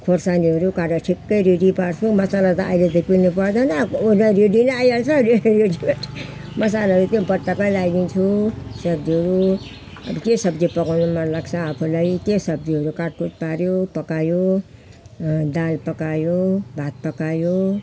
खुर्सानीहरू काटेर ठिक्कै रेडी पार्छु मसाला त अहिले त पिँध्नु पर्दैन उयो त रेडी नै आइहाल्छ अरे रेडी मेड मसालाहरू त्यो पत्ताकै लगाइदिन्छु सब्जीहरू के सब्जी पकाउनु मन लाग्छ आफूलाई त्यो सब्जीहरू काट कुट पार्यो पकायो दाल पकायो भात पकायो